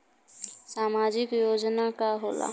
सामाजिक योजना का होला?